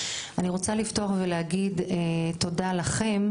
אני רוצה לפתוח ולהגיד תודה לכם,